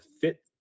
FIT